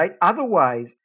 Otherwise